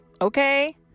okay